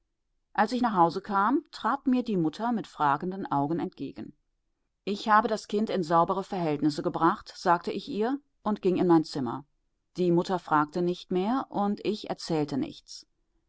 als ich nach hause kam trat mir die mutter mit fragenden augen entgegen ich habe das kind in saubere verhältnisse gebracht sagte ich ihr und ging in mein zimmer die mutter fragte nicht mehr und ich erzählte nichts